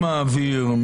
מי מעביר?